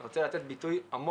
אני רוצה לתת ביטוי עמוק